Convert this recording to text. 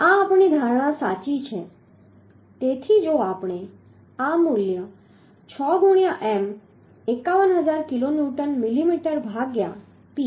આ આપણી ધારણા સાચી છે તેથી જો આપણે આ મૂલ્ય 6 ગુણ્યા M 51000 કિલોન્યુટન મિલીમીટર ભાગ્યા P